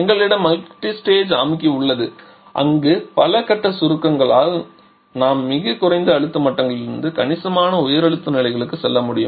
எங்களிடம் மல்டிஸ்டேஜ் அமுக்கி உள்ளது அங்கு பல கட்ட சுருக்கங்களால் நாம் மிகக் குறைந்த அழுத்த மட்டங்களிலிருந்து கணிசமாக உயர் அழுத்த நிலைகளுக்கும் செல்ல முடியும்